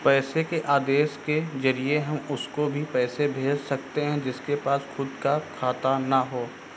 पैसे के आदेश के जरिए हम उसको भी पैसे भेज सकते है जिसके पास खुद का खाता ना हो